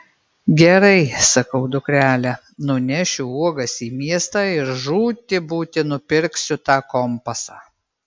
gerai sakau dukrele nunešiu uogas į miestą ir žūti būti nupirksiu tą kompasą